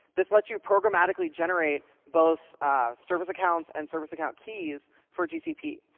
this lets you programmatically generate both service accounts and service account keys for gcp.